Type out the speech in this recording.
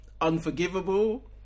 Unforgivable